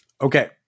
Okay